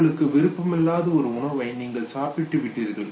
உங்களுக்கு விருப்பமில்லாத ஒரு உணவை நீங்கள் சாப்பிட்டு விட்டீர்கள்